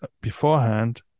beforehand